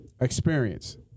Experience